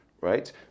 right